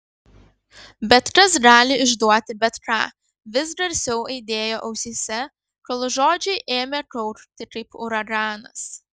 bet kas gali išduoti bet ką vis garsiau aidėjo ausyse kol žodžiai ėmė kaukti kaip uraganas